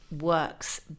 works